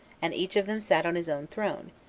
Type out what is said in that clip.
and each of them sat on his own throne,